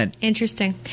Interesting